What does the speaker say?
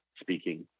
speaking